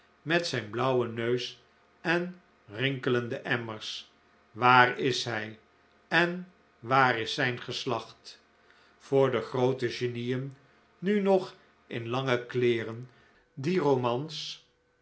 met zijn blauwen neus en rinkelende emmers waar is hij en waar is zijn geslacht voor de groote genieen nu nog in de lange kleeren die romans